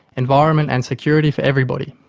environment and security for everybody.